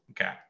Okay